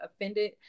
offended